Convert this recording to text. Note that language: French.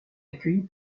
accueilli